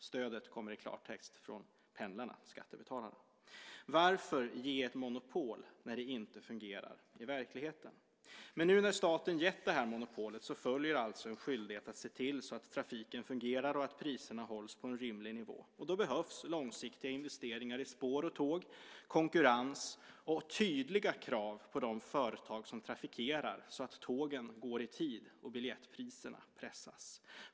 Stödet kommer i klartext från pendlarna, skattebetalarna. Varför ge monopol när det inte fungerar i verkligheten? Men nu när staten gett det här monopolet följer alltså en skyldighet att se till att trafiken fungerar och att priserna hålls på en rimlig nivå. Då behövs långsiktiga investeringar i spår och tåg, konkurrens och tydliga krav på de företag som trafikerar så att tågen går i tid och biljettpriserna pressas.